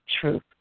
truth